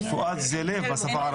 פואד זה לב בשפה הערבית.